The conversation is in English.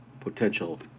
potential